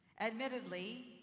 Admittedly